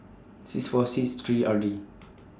six four six three R D